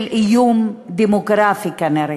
של איום דמוגרפי כנראה.